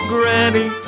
Granny